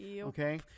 okay